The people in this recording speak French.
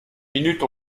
minutes